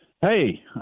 Hey